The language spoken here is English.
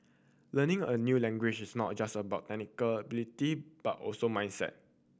learning a new language is not just about but also mindset